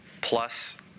plus